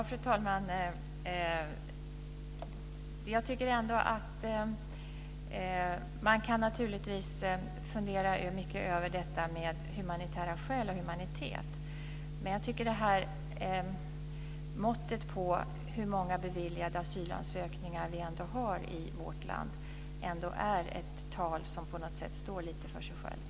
Fru talman! Man kan naturligtvis fundera mycket över detta med humanitära skäl och humanitet. Men jag tycker att måttet hur många beviljade asylansökningar vi har i vårt land ändå är ett tal som på något sätt står för sig självt.